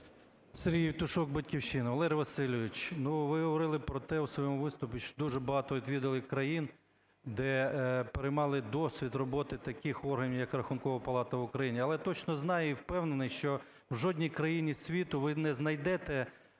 Сергій Євтушок, "Батьківщина". Валерій Васильович, ну, ви говорили про те у своєму виступі, що дуже багато відвідали країн, де переймали досвід роботи таких органів як Рахункова палата України. Але точно знаю і впевнений, що в жодній країні світу ви не знайдете